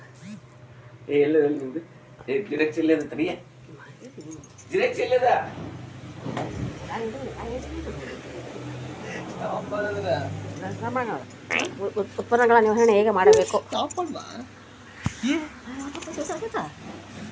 ಉತ್ಪನ್ನಗಳ ನಿರ್ವಹಣೆ ಹೇಗೆ ಮಾಡಬೇಕು?